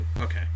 Okay